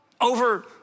over